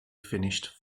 finished